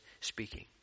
speaking